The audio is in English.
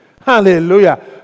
Hallelujah